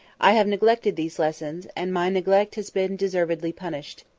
i have neglected these lessons and my neglect has been deservedly punished.